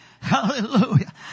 Hallelujah